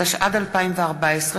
התשע"ד 2014,